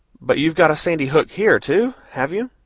but you've got a sandy hook here, too, have you?